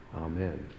Amen